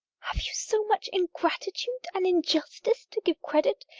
have you so much ingratitude and injustice to give credit,